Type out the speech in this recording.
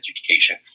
education